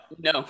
No